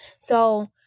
So-